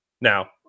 Now